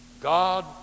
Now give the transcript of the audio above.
God